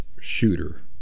shooter